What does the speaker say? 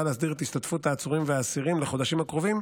להסדיר את השתתפות העצורים והאסירים לחודשים הקרובים,